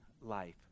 life